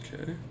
Okay